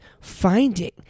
finding